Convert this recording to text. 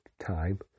time